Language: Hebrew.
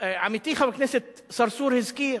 עמיתי חבר הכנסת צרצור הזכיר